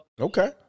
Okay